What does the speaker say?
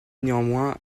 néanmoins